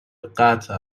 قطع